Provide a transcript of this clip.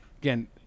again